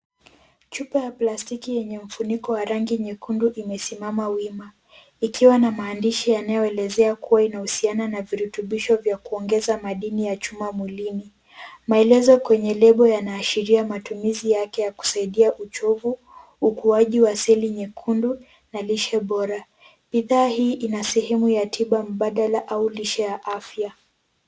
Chupa ya plastiki yenye mfuniko wa rangi nyekundu, imesimama wima. Ikiwa na maandishi yanayoelezea kuwa inahusiana na virutubisho vya kuongeza madini ya chuma mwilini. Maelezo kwenye lebo yanaashiria matumizi yake ya kusaidia uchovu, ukuaji wa seli nyekundu, na lishe bora. Bidhaa hii ina sehemu ya tiba mbadala, au lishe ya afya.